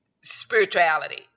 spirituality